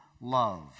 love